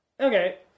okay